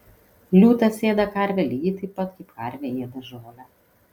liūtas ėda karvę lygiai taip pat kaip karvė ėda žolę